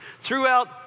throughout